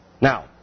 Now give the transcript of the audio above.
Now